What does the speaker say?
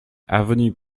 avenue